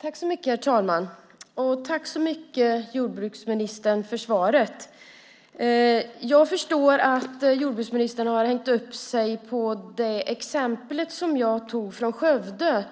Herr talman! Tack så mycket, jordbruksministern, för svaret! Jag förstår att jordbruksministern har hängt upp sig på det exempel från Skövde som jag tog upp.